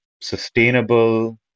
sustainable